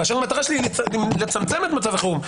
כאשר המטרה שלי לצמצם את מצב החירום,